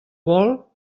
vol